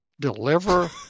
deliver